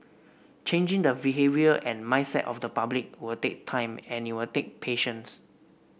changing the behaviour and mindset of the public will take time and it will take patience